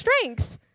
strength